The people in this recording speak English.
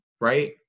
Right